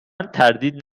تردید